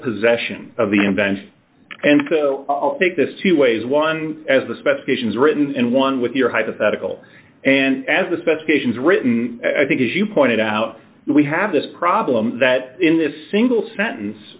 possession of the invention and so i'll take this two ways one as the specifications written and one with your hypothetical and as the specifications written i think as you pointed out we have this problem that in this single sentence